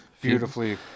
beautifully